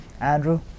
Andrew